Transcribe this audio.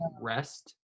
rest